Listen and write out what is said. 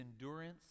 endurance